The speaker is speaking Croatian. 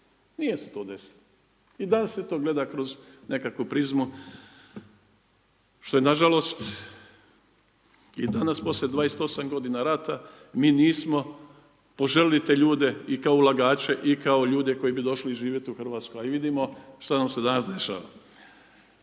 Nije se to desilo i danas se to gleda kroz nekakvu prizmu što je na žalost i danas poslije 28 godina rata mi nismo poželili te ljude i kao ulagače i kao ljude koji bi došli živjeti u Hrvatsku, a i vidimo što nam se danas dešava.